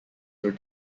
were